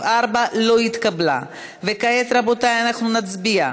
פריג', מיכל רוזין ותמר זנדברג.